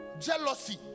Jealousy